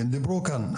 דיברו כאן,